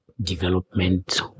development